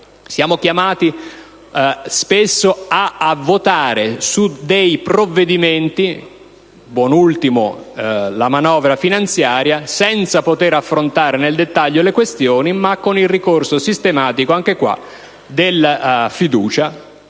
Siamo chiamati spesso a votare su provvedimenti, buona ultima la manovra finanziaria, senza poter affrontare nel dettaglio le questioni, ma con il ricorso sistematico alla fiducia,